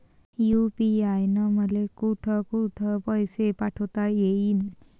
UPI न मले कोठ कोठ पैसे पाठवता येईन?